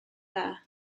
dda